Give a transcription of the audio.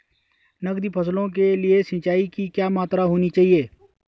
नकदी फसलों के लिए सिंचाई की क्या मात्रा होनी चाहिए?